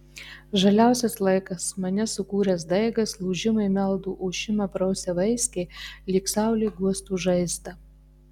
žaliausias laikas mane sukūręs daigas lūžimai meldų ošimą prausia vaiskiai lyg saulė guostų žaizdą